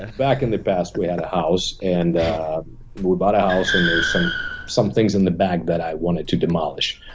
ah back in the past, we had a house, and we bought a house, and there were some some things in the back that i wanted to demolish.